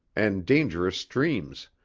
and dangerous streams,